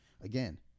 again